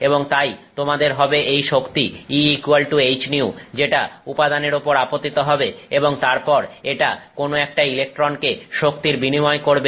এবং তাই তোমাদের হবে এই শক্তি E hυ যেটা উপাদানের উপর আপতিত হবে এবং তারপর এটা কোন একটা ইলেকট্রনকে শক্তির বিনিময় করবে